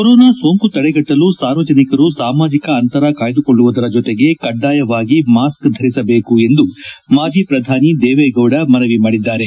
corona ಸೋಂಕು ತಡೆಗಟ್ಟಲು ಸಾರ್ವಜನಿಕರು ಸಾಮಾಜಿಕ ಅಂತರ ಕಾಯ್ದುಕೊಳ್ಳುವ ಜೊತೆಗೆ ಕಡ್ಡಾಯವಾಗಿ ಮಾಸ್ಕ್ ಧರಿಸಿ ಎಂದು ಮಾಜಿ ಪ್ರಧಾನಿ ದೇವೇಗೌಡ ಮನವಿ ಮಾಡಿದ್ದಾರೆ